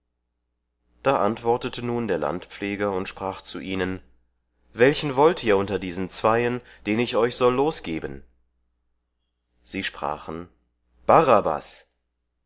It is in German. da antwortete nun der landpfleger und sprach zu ihnen welchen wollt ihr unter diesen zweien den ich euch soll losgeben sie sprachen barabbas